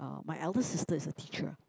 my elder sister is a teacher